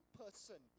person